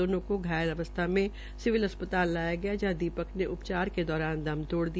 दोनों को घायल अवस्था में सिविल अस्पताल लाया गया जहां दीपक ने उपचार के दौरान दम तोड़ दिया